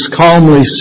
calmly